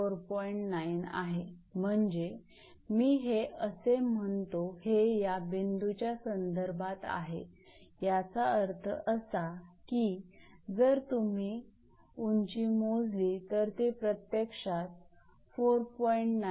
9 आहे म्हणजे मी हे असे म्हणतो हे या बिंदूच्या संदर्भात आहे याचा अर्थ असा की जर तुम्ही माझी उंची मोजली तर ते प्रत्यक्षात येत 4